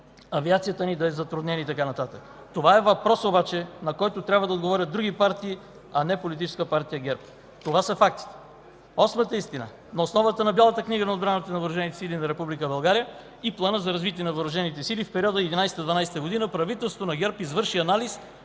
авиацията ни да е в затруднение и така нататък. Това е въпрос обаче, на който трябва да отговорят други партии, а не Политическа партия ГЕРБ. Това са фактите. Осмата истина: на основата на Бялата книга на отбраната и на въоръжените сили на Република България и Плана за развитие на въоръжените сили в периода 2011 – 2012 г., правителството на ГЕРБ извърши анализ